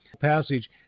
passage